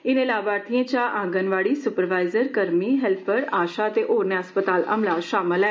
इनें लाभार्थियें चा आंगनवाड़ी स्परवाईजर कर्मी हैल्पर आशा ते होरना हस्पताल अमला शामल ऐ